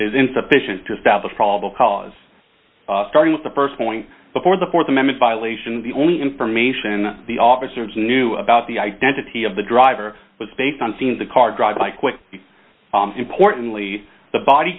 insufficient to establish probable cause starting with the st point before the th amendment violation the only information the officers knew about the identity of the driver was based on seeing the car drive by quick importantly the body